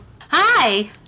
Hi